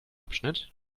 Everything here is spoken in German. abschnitt